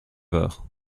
heures